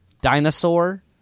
Dinosaur